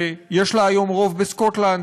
שיש לה היום רוב בסקוטלנד,